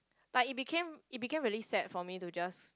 like it became it became really sad for me to just